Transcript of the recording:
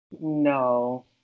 No